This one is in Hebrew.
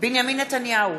בנימין נתניהו,